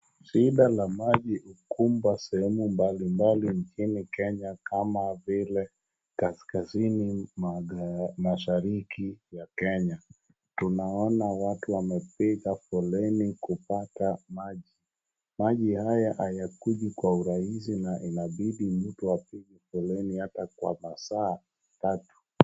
Shida la maji hukumba sehemu mbalimbali nchini kenya kama vile kaskazini mashariki ya Kenya. Tunaona watu wamepiga foleni kupata maji. Maji haya hayakuji kwa urahisi na inabidi mtu apige foleni hata kwa masaa tatu.